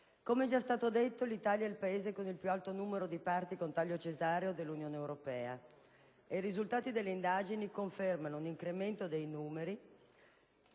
come è già stato detto, l'Italia è il Paese con il più alto numero di parti con taglio cesareo dell'Unione europea. I risultati delle indagini confermano un incremento dei numeri